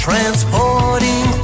Transporting